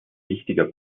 wichtiger